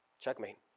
checkmate